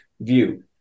view